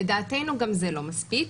לדעתנו גם זה לא מספיק.